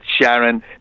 Sharon